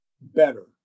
better